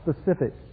specific